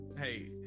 Hey